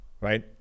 right